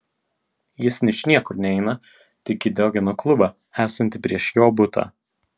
jis ničniekur neina tik į diogeno klubą esantį prieš jo butą